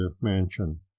mansion